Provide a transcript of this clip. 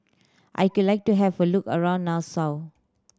I could like to have a look around Nassau